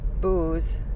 booze